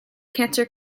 cancer